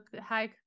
hi